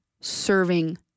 serving